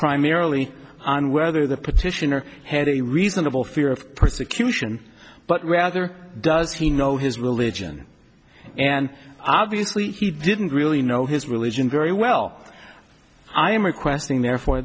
primarily on whether the petitioner had a reasonable fear of persecution but rather does he know his religion and obviously he didn't really know his religion very well i am requesting therefore